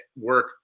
work